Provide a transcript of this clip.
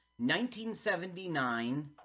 1979